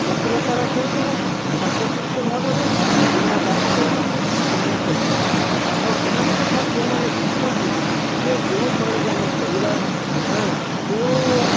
ଚତୁରତା ର ସହିତ ଶାନ୍ତଶିଷ୍ଟ ଭାବରେ ବିନା ପାଟିକରିକି ସେମାନେ ଖେଳିଥାନ୍ତି ଆଉ ସେମାନଙ୍କଠାରୁ ଯୋଉମାନେ ଶିଖନ୍ତି ଯେ କେଉଁ ଶୈଳୀରେ ଆମେ ଖେଳିବା ଆଁ କେଉଁ